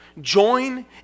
join